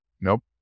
Nope